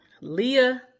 Leah